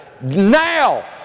now